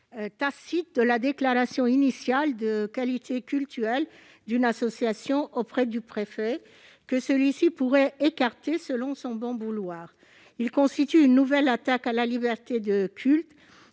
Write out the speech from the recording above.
tacite de la déclaration initiale de qualité cultuelle d'une association auprès du préfet, que celui-ci pourrait écarter selon son bon vouloir. Il constitue une nouvelle attaque contre la liberté de culte